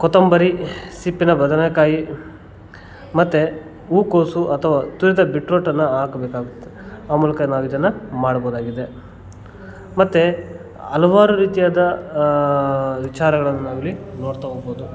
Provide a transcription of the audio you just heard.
ಕೊತ್ತಂಬರಿ ಸೊಪ್ಪಿನ ಬದನೆಕಾಯಿ ಮತ್ತು ಹೂಕೋಸು ಅಥವಾ ತುರಿದ ಬೀಟ್ರೂಟನ್ನು ಹಾಕ್ಬೇಕಾಗುತ್ತೆ ಆ ಮೂಲಕ ನಾವು ಇದನ್ನು ಮಾಡ್ಬೋದಾಗಿದೆ ಮತ್ತು ಹಲವಾರು ರೀತಿಯಾದ ವಿಚಾರಗಳನ್ನಾಗಲಿ ನೋಡ್ತಾ ಹೋಗ್ಬೋದು